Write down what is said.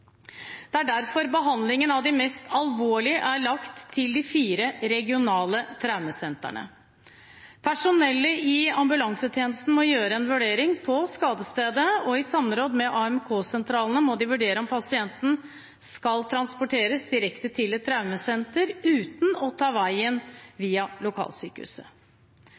Det er derfor behandlingen av de mest alvorlig skadde er lagt til de fire regionale traumesentrene. Personellet i ambulansetjenesten må gjøre en vurdering på skadestedet. I samråd med AMK-sentralene må de vurdere om pasienten skal transporteres direkte til et traumesenter uten å ta veien om lokalsykehuset.